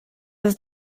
ist